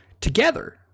together